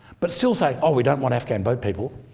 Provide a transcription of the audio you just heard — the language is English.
but still say, oh, we don't want afghan boat people